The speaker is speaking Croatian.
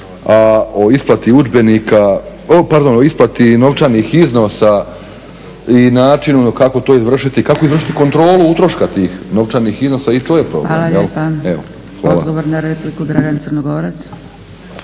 o isplati novčanih iznosa i načinu kako to izvršiti, kako izvršiti kontrolu utroška tih novčanih iznosa i to je problem. Hvala. **Zgrebec, Dragica